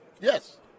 Yes